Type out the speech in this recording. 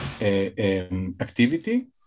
activity